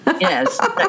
Yes